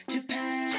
Japan